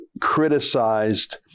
criticized